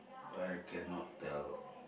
I cannot tell